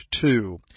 two